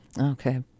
Okay